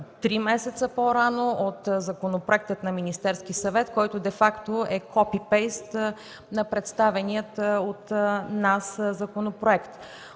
три месеца по-рано от законопроекта на Министерския съвет, който де факто е копи-пейст на представения от нас законопроект.